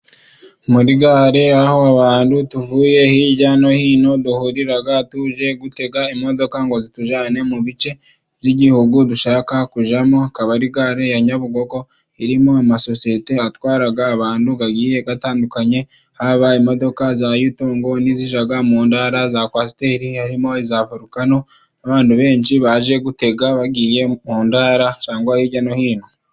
Muri gare, aho abantu tuvuye hirya no hino duhurira tuje gutega imodoka, ngo zitujyane mu bice by'igihugu dushaka kujyamo, ikaba ari gare ya Nyabugogo irimo amasosiyete atwara abantu agiye atandukanye, haba imodoka za yutongo n'izijya mu ntara za kwasiteri harimo iziva to ruka abantu benshi baje gutera bagiye mu ntara cyangwa hirya no hino.